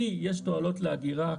כי יש תועלות לאגירה.